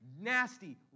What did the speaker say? nasty